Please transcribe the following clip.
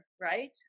right